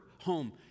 home